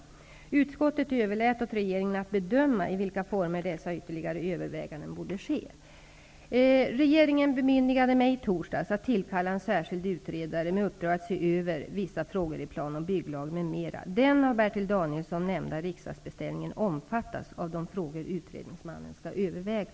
Utskottet överlät åt regeringen att bedöma i vilka former dessa ytterligare överväganden borde ske. Regeringen bemyndigade mig i torsdags att tillkalla en särskild utredare med uppdrag att se över vissa frågor i plan och bygglagen, m.m. Den av Bertil Danielsson nämnda riksdagsbeställningen omfattas av de frågor utredningsmannen skall överväga.